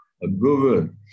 Google